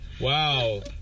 wow